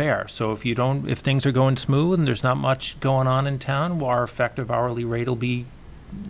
bear so if you don't if things are going smoothly there's not much going on in town larf ective hourly rate will be